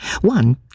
One